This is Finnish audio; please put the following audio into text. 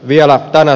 vielä tänä